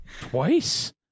twice